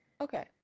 okay